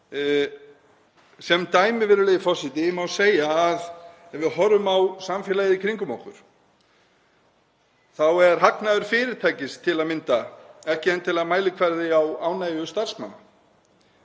Sem dæmi, virðulegi forseti, má segja að ef við horfum á samfélagið í kringum okkur er hagnaður fyrirtækis til að mynda ekki endilega mælikvarði á ánægju starfsmanna,